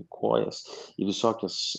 į kojas į visokias